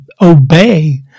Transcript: obey